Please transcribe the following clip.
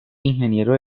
ingeniero